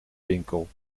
winkel